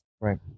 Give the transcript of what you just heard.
right